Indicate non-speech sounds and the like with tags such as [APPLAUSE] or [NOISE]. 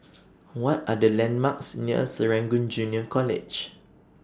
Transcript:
[NOISE] What Are The landmarks near Serangoon Junior College